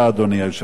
תודה.